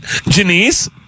Janice